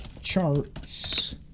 charts